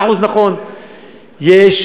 צר לי,